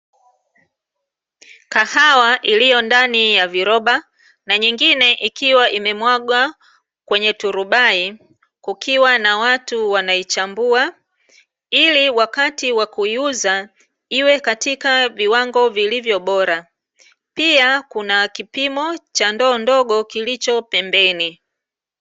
Kahawa iliyo ndani ya viroba na nyingine ikiwa imemwagwa kwenye turubai, kukiwa na watu wanaichambua, ili wakati wa kuiuza iwe katika viwango vilivyo bora. Pia kuna kipimo cha ndoo ndogo kilicho pembeni.